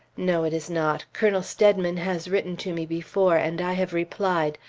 no, it is not. colonel steadman has written to me before, and i have replied.